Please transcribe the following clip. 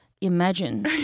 Imagine